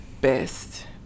best